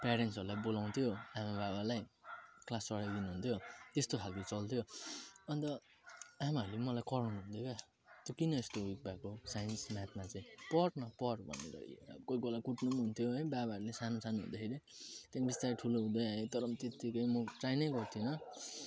प्यारेन्ट्सहरूलाई बोलाउँथ्यो आमाबाबालाई क्लास चढाइदिनुहुन्थ्यो त्यस्तो खालको चल्थ्यो अनि त आमाहरूले मलाई कराउनुहुन्थ्यो क्या तँ किन यस्तो विक भएको साइन्स म्याथमा चाहिँ पढ् न पढ् कोही कोही बेला कुट्नु पनि हुन्थ्यो है बाबाहरूले सानो सानो हुँदाखेरि त्यहाँदेखि बिस्तारै ठुलो हुँदै आयो तर त्यतिबेला म ट्राई नै गर्थिनँ